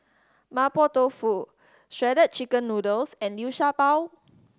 Mapo Tofu Shredded Chicken Noodles and Liu Sha Bao